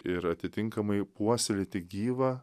ir atitinkamai puoselėti gyvą